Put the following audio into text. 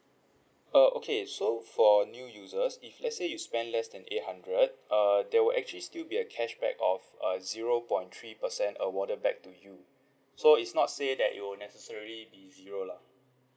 uh okay so for new user if let's say you spend less than eight hundred uh there will actually still be a cashback of a zero point three percent awarded back to you so it's not say that it will necessary be zero lah